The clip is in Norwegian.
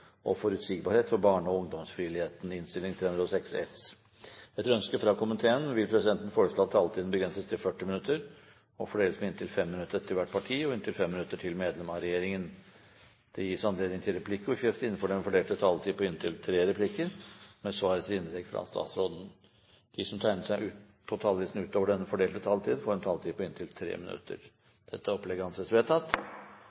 fordeles med inntil 5 minutter til hvert parti og inntil 5 minutter til medlem av regjeringen. Videre vil presidenten foreslå at det gis anledning til replikkordskifte på inntil tre replikker med svar etter innlegg fra statsråden innenfor den fordelte taletid. Videre blir det foreslått at de som måtte tegne seg på talerlisten utover den fordelte taletid, får en taletid på inntil